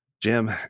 Jim